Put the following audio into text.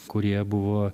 kurie buvo